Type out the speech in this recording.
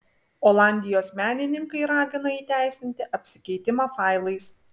olandijos menininkai ragina įteisinti apsikeitimą failais